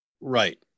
right